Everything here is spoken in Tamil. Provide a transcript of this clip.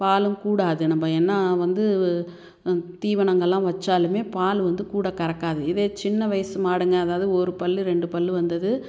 பாலும் கூடாது நம்ம என்ன வந்து தீவனங்களெல்லாம் வைச்சாலுமே பால் வந்து கூட கறக்காது இதே சின்ன வயது மாடுங்கள் அதாவது ஒரு பல் ரெண்டு பல் வந்தது